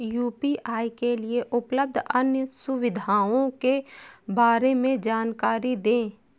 UPI के लिए उपलब्ध अन्य सुविधाओं के बारे में जानकारी दें?